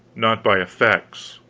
not by effects.